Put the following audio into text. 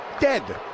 Dead